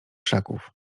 krzaków